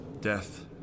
death